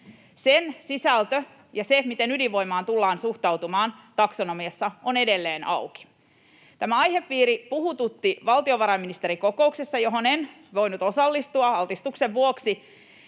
Sen sisältö ja se, miten ydinvoimaan tullaan suhtautumaan taksonomiassa, ovat edelleen auki. Tämä aihepiiri puhututti valtiovarainministerikokouksessa — johon en voinut osallistua altistuksen vuoksi